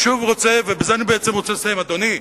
בזה אני רוצה לסיים: אדוני,